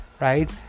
right